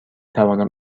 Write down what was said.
توانم